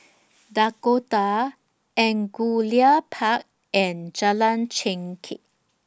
Dakota Angullia Park and Jalan Chengkek